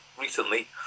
recently